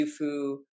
Dufu